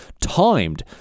timed